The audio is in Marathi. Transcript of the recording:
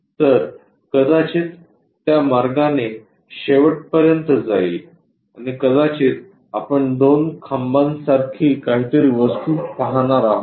तर कदाचित त्या मार्गाने शेवटपर्यंत जाईल आणि कदाचित आपण दोन खांबा सारखी काहीतरी वस्तू पाहणार आहोत